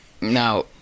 Now